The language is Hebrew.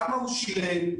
כמה שילם,